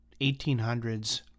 1800s